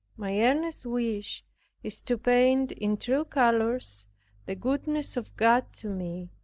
my earnest wish is to paint in true colors the goodness of god to me,